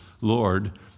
Lord